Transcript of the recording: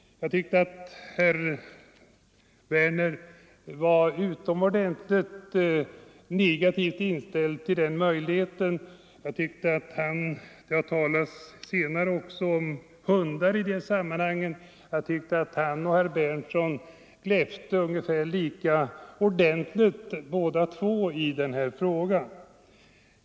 Jag tyckte att herr Werner var mycket negativt inställd till den möjligheten. Det har här tidigare i debatten också talats om hundar. Jag tyckte att herr Werner och herr Berndtson gläfste ungefär lika bra i diskussionen om dessa frågor.